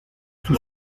sus